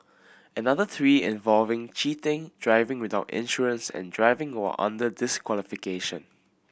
another three involve cheating driving without insurance and driving while under disqualification